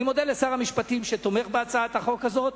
אני מודה לשר המשפטים שתומך בהצעת החוק הזאת.